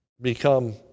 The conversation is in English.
become